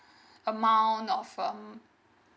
amount of um